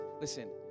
listen